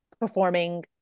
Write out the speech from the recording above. performing